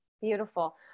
Beautiful